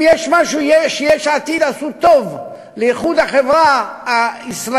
אם יש משהו שיש עתיד עשו טוב לאיחוד החברה הישראלית